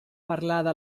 parlada